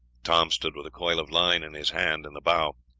tom stood with a coil of line in his hand in the bow.